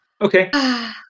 Okay